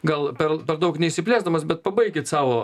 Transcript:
gal per per daug neišsiplėsdamas bet pabaikit savo